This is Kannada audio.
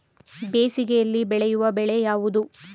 ಬೇಸಿಗೆಯಲ್ಲಿ ಬೆಳೆಯುವ ಬೆಳೆ ಯಾವುದು?